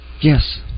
Yes